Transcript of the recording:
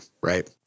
right